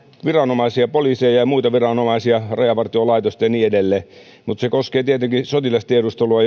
viranomaisiamme poliiseja ja ja muita viranomaisia rajavartiolaitosta ja niin edelleen mutta se koskee tietenkin myös sotilastiedustelua